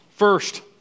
First